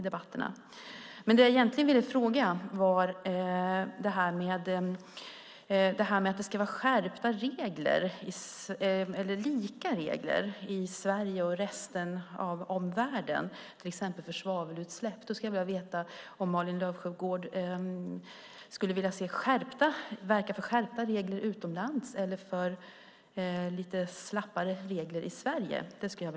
Jag har en fråga när det gäller att det ska vara samma regler i Sverige och resten av världen till exempel när det gäller svavelutsläpp. Vill Malin Löfsjögård verka för skärpta regler utomlands eller för lite slappare regler i Sverige?